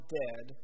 dead